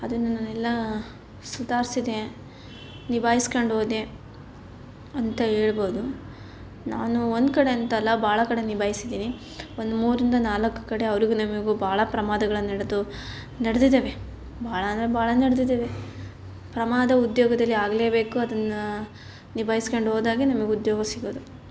ಅದನ್ನ ನಾನೆಲ್ಲ ಸುಧಾರಿಸಿದೆ ನಿಭಾಯಿಸ್ಕಂಡು ಹೋದೆ ಅಂತ ಹೇಳ್ಬೋದು ನಾನು ಒಂದು ಕಡೆ ಅಂತ ಅಲ್ಲ ಭಾಳ ಕಡೆ ನಿಭಾಯಿಸಿದೀನಿ ಒಂದು ಮೂರರಿಂದ ನಾಲ್ಕು ಕಡೆ ಅವರಿಗೂ ನಮಗೂ ಭಾಳ ಪ್ರಮಾದಗಳು ನಡೆದು ನಡ್ದಿದ್ದಾವೆ ಭಾಳ ಅಂದರೆ ಭಾಳ ನಡ್ದಿದ್ದಾವೆ ಪ್ರಮಾದ ಉದ್ಯೋಗದಲ್ಲಿ ಆಗಲೇ ಬೇಕು ಅದನ್ನು ನಿಭಾಯಿಸ್ಕಂಡು ಹೋದಾಗೆ ನಮಗೆ ಉದ್ಯೋಗ ಸಿಗೋದು